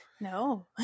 No